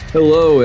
Hello